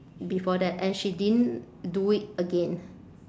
before that and she didn't do it again